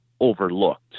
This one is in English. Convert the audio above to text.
overlooked